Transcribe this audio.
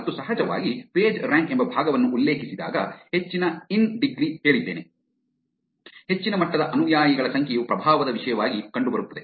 ಮತ್ತು ಸಹಜವಾಗಿ ಪೇಜ್ರ್ಯಾಂಕ್ ಎಂಬ ಭಾಗವನ್ನು ಉಲ್ಲೇಖಿಸಿದಾಗ ಹೆಚ್ಚಿನ ಇನ್ ಡಿಗ್ರಿ ಹೇಳಿದ್ದೇನೆ ಹೆಚ್ಚಿನ ಮಟ್ಟದ ಅನುಯಾಯಿಗಳ ಸಂಖ್ಯೆಯು ಪ್ರಭಾವದ ವಿಷಯವಾಗಿ ಕಂಡುಬರುತ್ತದೆ